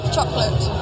Chocolate